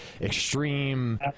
extreme